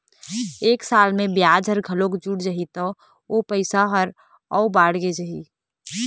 एक साल म बियाज ह घलोक जुड़ जाही त ओ पइसा ह अउ बाड़गे जाही